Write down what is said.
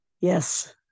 Yes